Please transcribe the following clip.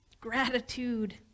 Gratitude